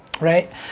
right